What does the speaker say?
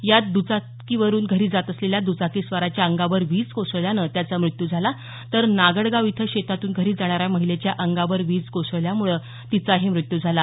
यात द्रचाकीवरून घरी जात असलेल्या द्रचाकीस्वाराच्या अंगावर वीज कोसळल्यानं त्याचा मृत्यू झाला तर नागडगाव इथं शेतातून घरी जाणाऱ्या महिलेच्या अंगावर वीज कोसळल्यामुळं तिचा मृत्यू झाला